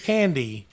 Candy